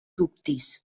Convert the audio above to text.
dubtis